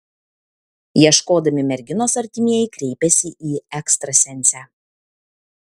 ieškodami merginos artimieji kreipėsi į ekstrasensę